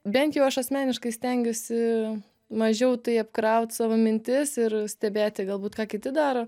bent jau aš asmeniškai stengiuosi mažiau tai apkraut savo mintis ir stebėti galbūt ką kiti daro